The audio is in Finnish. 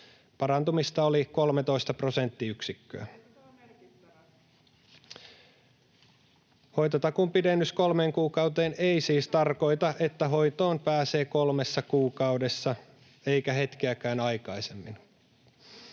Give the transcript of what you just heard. Eikö se ole merkittävä?] Hoitotakuun pidennys kolmeen kuukauteen ei siis tarkoita, että hoitoon pääsee kolmessa kuukaudessa eikä hetkeäkään aikaisemmin.